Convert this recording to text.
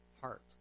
heart